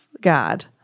God